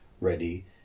ready